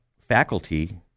faculty